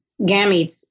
gametes